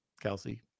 kelsey